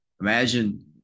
imagine